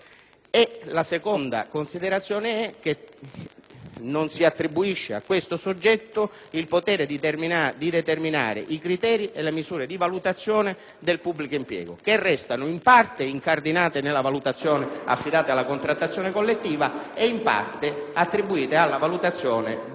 La seconda considerazione è che non si attribuisce a questo soggetto il potere di determinare i criteri e le misure di valutazione del pubblico impiego, che in parte restano incardinate nella valutazione affidata alla contrattazione collettiva e in parte vengono attribuite alla valutazione del Governo.